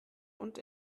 und